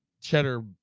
cheddar